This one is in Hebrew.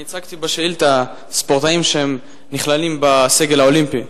אני הצגתי בשאילתא ספורטאים שנכללים בסגל האולימפי.